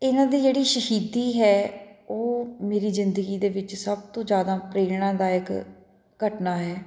ਇਹਨਾਂ ਦੀ ਜਿਹੜੀ ਸ਼ਹੀਦੀ ਹੈ ਉਹ ਮੇਰੀ ਜ਼ਿੰਦਗੀ ਦੇ ਵਿੱਚ ਸਭ ਤੋਂ ਜ਼ਿਆਦਾ ਪ੍ਰੇਰਣਾਦਾਇਕ ਘਟਨਾ ਹੈ